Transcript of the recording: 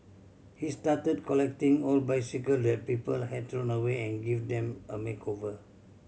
he started collecting old bicycle that people had thrown away and give them a makeover